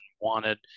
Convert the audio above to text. wanted